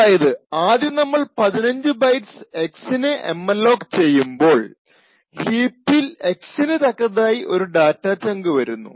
അതായത് ആദ്യം നമ്മൾ 15 ബൈറ്റ്സ് X ന് എംഅലോക് ചെയ്യുമ്പോൾ ഹീപ്പിൽ X ന് തക്കതായി ഒരു ഡാറ്റ ചങ്ക് വരുന്നു